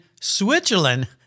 Switzerland